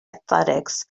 athletics